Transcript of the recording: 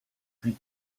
puis